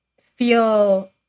feel